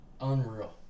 Unreal